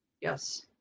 Yes